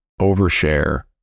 overshare